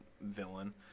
villain